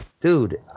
dude